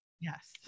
Yes